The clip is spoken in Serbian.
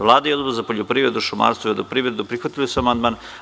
Vlada i Odbor za poljoprivredu, šumarstvo i vodoprivredu prihvatili su amandman.